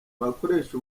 bakoresha